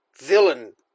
villain